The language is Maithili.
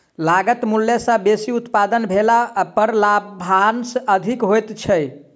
लागत मूल्य सॅ बेसी उत्पादन भेला पर लाभांश अधिक होइत छै